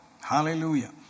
Hallelujah